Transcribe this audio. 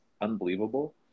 unbelievable